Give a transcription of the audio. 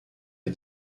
est